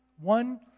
one